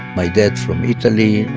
my dad from italy,